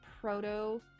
proto